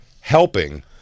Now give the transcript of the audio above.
helping